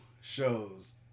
Shows